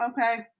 Okay